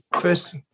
first